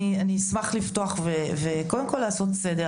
אני אשמח לפתוח וקודם כל לעשות סדר.